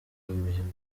imihigo